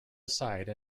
aside